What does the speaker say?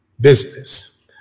business